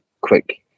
quick